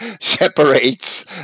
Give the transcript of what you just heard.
separates